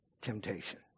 temptation